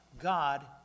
God